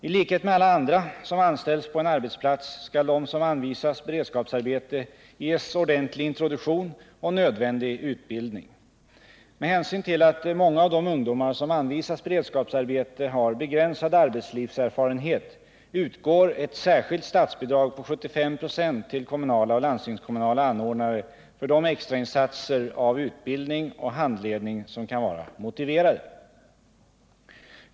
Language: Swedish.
I likhet med alla andra som anställs på en arbetsplats skall de som anvisas beredskapsarbete ges ordentlig introduktion och nödvändig utbildning. Med hänsyn till att många av de ungdomar som anvisas beredskapsarbete har begränsad arbetslivserfarenhet utgår ett särskilt statsbidrag på 75 90 till kommunala och landstingskommunala anordnare för de extrainsatser av utbildning och handledning som kan vara motiverade.